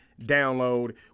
download